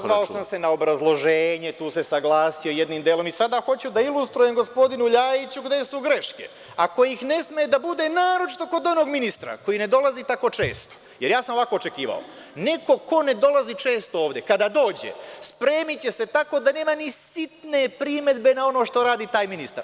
Pozvao sam se na obrazloženje, tu se saglasio jednim delom i sada hoću da ilustrujem gospodinu Ljajiću gde su greške, a kojih ne sme da bude, naročito kod onog ministra koji ne dolazi tako često jer ja sam ovako očekivao, neko ko ne dolazi često ovde, kada dođe, spremiće se tako da nema ni sitne primedbe na ono što radi taj ministar.